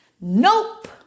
nope